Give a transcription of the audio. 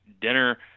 dinner